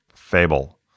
Fable